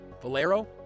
Valero